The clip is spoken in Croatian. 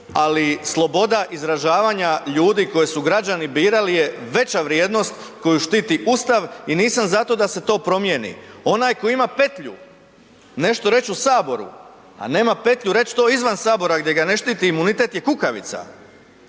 ali sloboda izražavanja ljudi koje su građani birali je veća vrijednost koju štiti Ustav i nisam za to da se to promijeni. Onaj koji ima petlju nešto reći u Saboru a nema petlju to reći izvan Sabora gdje ga ne štiti imunitet je kukavica.